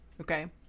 okay